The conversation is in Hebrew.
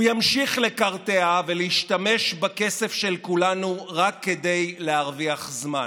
הוא ימשיך לקרטע ולהשתמש בכסף של כולנו רק כדי להרוויח זמן.